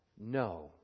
no